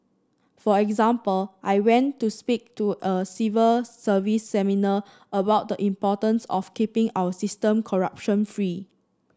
for example I went to speak to a civil service seminar about the importance of keeping our system corruption free